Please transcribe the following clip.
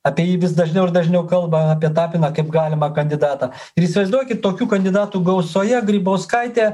apie jį vis dažniau ir dažniau kalba apie tapiną kaip galimą kandidatą ir įsivaizduokit tokių kandidatų gausoje grybauskaitę